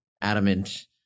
adamant